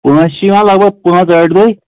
پانَس چھِ یِوان لگ بگ پانٛژھ ٲٹھِ دۄہہِ